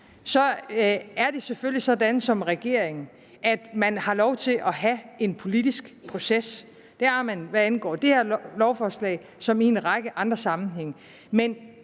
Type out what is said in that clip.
er det selvfølgelig sådan, at man som regering har lov til at have en politisk proces. Det har man, hvad angår såvel det her lovforslag som en række andre sammenhænge.